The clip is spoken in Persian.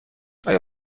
آیا